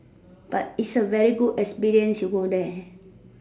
but is a very good experience to go there